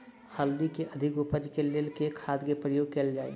हल्दी केँ अधिक उपज केँ लेल केँ खाद केँ प्रयोग कैल जाय?